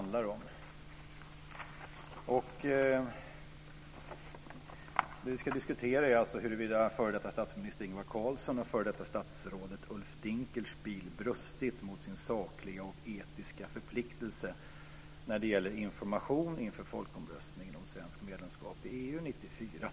Det som vi diskuterar är alltså huruvida f.d. Dinkelspiel brustit mot sin sakliga och etiska förpliktelse när det gäller information inför folkomröstningen om svenskt medlemskap i EU 1994.